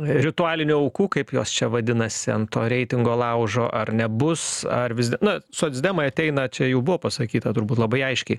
ritualinių aukų kaip jos čia vadinasi an to reitingo laužo ar nebus ar vis d na socdemai ateina čia jų buvo pasakyta turbūt labai aiškiai